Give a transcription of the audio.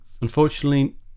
unfortunately